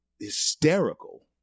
hysterical